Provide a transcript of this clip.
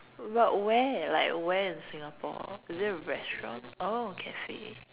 but where like where in Singapore is there a restaurant oh cafe